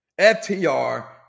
FTR